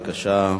בבקשה.